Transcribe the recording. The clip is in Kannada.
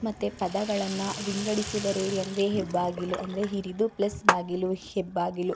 ಮತ್ತು ಪದಗಳನ್ನು ವಿಂಗಡಿಸಿ ಬರೆಯಿರಿ ಅಂದರೆ ಹೆಬ್ಬಾಗಿಲು ಅಂದರೆ ಹಿರಿದು ಪ್ಲಸ್ ಬಾಗಿಲು ಹೆಬ್ಬಾಗಿಲು